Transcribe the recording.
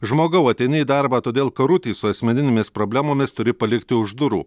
žmogau ateini į darbą todėl karutį su asmeninėmis problemomis turi palikti už durų